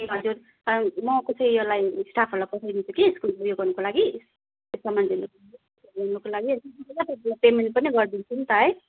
ए हजुर म कसै योलाई स्टाफहरूलाई पठाइदिन्छु कि स्कुल उयो गर्नुको लागि सामान लिनु लिनुको लागि पेमेन्ट पनि गरिदिन्छु नि त है